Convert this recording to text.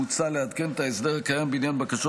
מוצע לעדכן את ההסדר הקיים בעניין בקשות